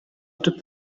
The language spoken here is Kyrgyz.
түп